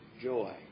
joy